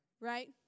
right